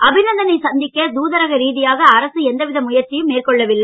அபிநந்தனை சந்திக்க தூதர ரீதியாக அரசு எந்தவித முயற்சியும் மேற்கொள்ளவில்லை